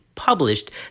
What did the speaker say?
published